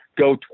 go